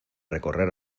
recorrer